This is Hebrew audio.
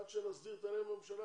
עד שנסדיר את העניין עם הממשלה,